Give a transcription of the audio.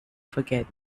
forget